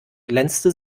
glänzte